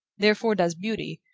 therefore does beauty,